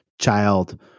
child